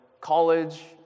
college